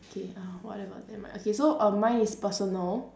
okay uh whatever never mind okay so err mine is personal